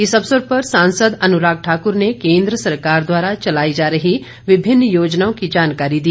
इस अवसर पर सांसद अनुराग ठाकुर ने केन्द्र सरकार द्वारा चलाई जा रही विभिन्न योजनाओं की जानकारी दी